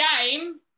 game